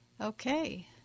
Okay